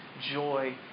joy